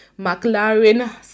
McLaren